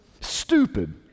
Stupid